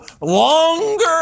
longer